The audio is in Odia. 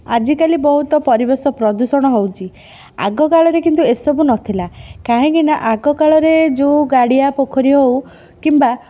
ଆଜିକାଲି ବହୁତ ପରିବେଶ ପ୍ରଦୂଷଣ ହେଉଛି ଆଗକାଳରେ କିନ୍ତୁ ଏସବୁ ନଥିଲା କାହିଁକି ନା ଆଗ କାଳରେ ଯେଉଁ ଗାଡ଼ିଆ ପୋଖରୀ ହେଉ କିମ୍ବା